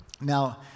Now